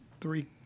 three